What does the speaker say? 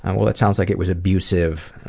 and well, it sounds like it was abusive,